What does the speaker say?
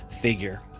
figure